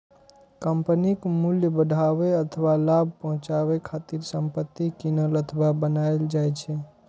कंपनीक मूल्य बढ़ाबै अथवा लाभ पहुंचाबै खातिर संपत्ति कीनल अथवा बनाएल जाइ छै